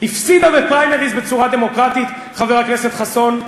הפסידה בפריימריז בצורה דמוקרטית, חבר הכנסת חסון,